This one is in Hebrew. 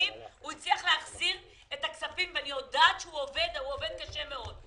הצליח להחזיר את הכספים ואני יודעת שהוא עובד קשה מאוד.